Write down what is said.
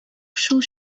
шул